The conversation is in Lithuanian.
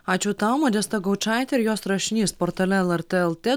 ačiū tau modesta gaučaitė ir jos rašinys portale lrt lt